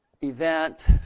event